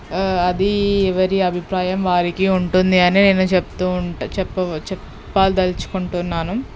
అది ఎవరి అభిప్రాయం వారికి ఉంటుంది అనే నేను చెప్తూ ఉంట చెప్పు చెప్ప చెప్పదలుచుకుంటున్నాను